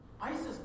ISIS